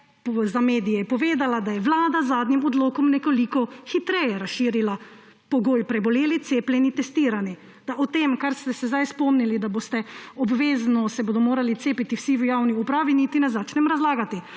za medije povedala, da je Vlada z zadnjim odlokom nekoliko hitreje razširila pogoj preboleli, cepljeni, testirani. Da o tem, kar ste se zdaj spomnili, da se bodo obvezno morali cepiti vsi v javni upravi, niti ne začnem razlagati.